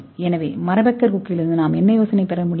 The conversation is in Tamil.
எனவே மர பெக்கர் கொக்கிலிருந்து நாம் என்ன யோசனையை பெற முடியும்